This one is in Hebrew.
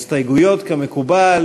הסתייגויות כמקובל.